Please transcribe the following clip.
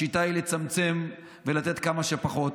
השיטה היא לצמצם ולתת כמה שפחות,